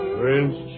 Prince